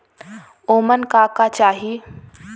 ओमन का का चाही?